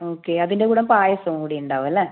okay അതിൻ്റെകൂടെ പായസവും കൂടി ഉണ്ടാവും അല്ലേ